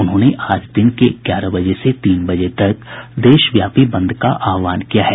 उन्होंने आज दिन क ग्यारह बजे से तीन बजे तक देशव्यापी बंद का आहवान किया है